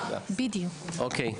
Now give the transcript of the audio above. תודה.